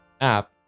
app